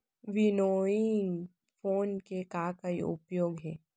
Winnowing fan के का का उपयोग हे?